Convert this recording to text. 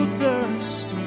thirst